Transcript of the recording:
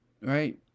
right